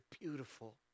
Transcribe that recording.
beautiful